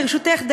ברשותך,